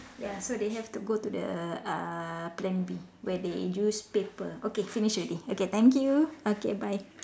ya so they have to go to the uh plan B where they use paper okay finish already okay thank you okay bye